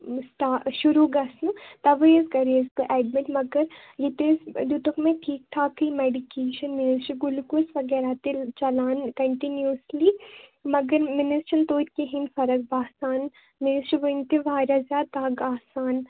شُروع گَژھنہٕ تَوے حظ کَرے حظ بہٕ ایٚڈمِٹ مگر ییٚتہِ حظ دِتُکھ مےٚ ٹھیٖک ٹھاکٕے میٚڈِکیشن مےٚ حظ چھُ گُلِکوٗز وغیرہ تہِ چَلان کَنٹِنوَسلی مگر مےٚ نَہ حظ چھنہٕ توتہِ کِہیٖنۍ فَرَق باسان مےٚ حظ چھِ وُنہِ تہِ واریاہ زیادٕ دَگ آسان